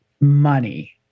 money